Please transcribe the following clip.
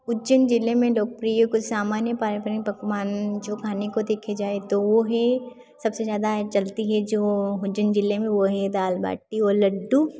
उज्जैन ज़िले में लोकप्रिय कुछ सामान्य पारम्परिक पकवान जो खाने को देखे जाए तो वह है सबसे ज़्यादा चलती है जो उज्जैन ज़िले में वह है दाल बाटी और लड्डू